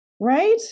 Right